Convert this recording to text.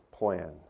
plan